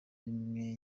rimwe